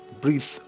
breathe